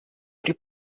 при